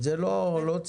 את זה לא ציינת.